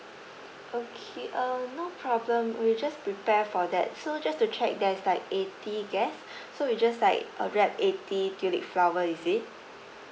okay uh no problem we just prepare for that so just to check there is like eighty guests so we just like uh wrap eighty tulip flower is it